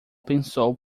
pensou